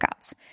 workouts